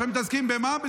ועכשיו מתעסקים במה?